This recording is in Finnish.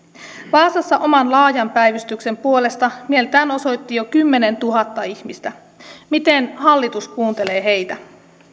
vaasassa oman laajan päivystyksen puolesta mieltään osoitti jo kymmenentuhatta ihmistä miten hallitus kuuntelee heitä